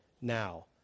now